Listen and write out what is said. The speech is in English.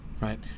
right